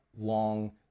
long